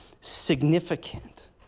significant